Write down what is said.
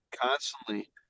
constantly